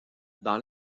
dans